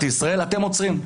למדינת ישראל, אתם עוצרים.